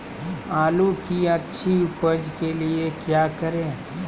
आलू की अच्छी उपज के लिए क्या करें?